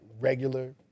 regular